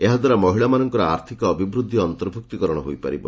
ଏହା ଦ୍ୱାରା ମହିଳାମାନଙ୍କର ଆର୍ଥିକ ଅଭିବୃଦ୍ଧି ଅନ୍ତର୍ଭୁକ୍ତିକରଣ ହୋଇପାରିବ